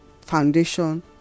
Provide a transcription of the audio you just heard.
foundation